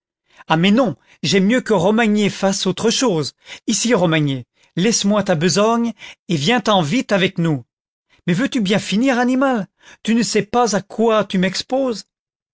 ah mais non j'aime mieux que romagné fasse autre chose ici romagné laisse-moi ta besogne et viens ten vite avec nous mais veux-tu bien finir animal i tu ne sais pas à quoi tu m'exposes